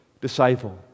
disciple